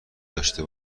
داشته